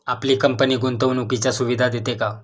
आपली कंपनी गुंतवणुकीच्या सुविधा देते का?